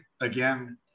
again